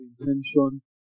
intention